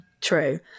True